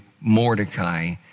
Mordecai